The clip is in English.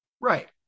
Right